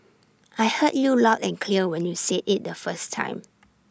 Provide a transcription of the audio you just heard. I heard you loud and clear when you said IT the first time